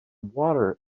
water